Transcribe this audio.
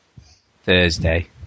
Thursday